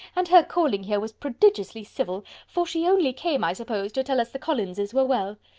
and her calling here was prodigiously civil! for she only came, i suppose, to tell us the collinses were well.